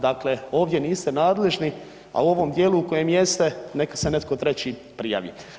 Dakle, ovdje niste nadležni, a u ovom dijelu u kojem jeste neka se netko treći prijavi.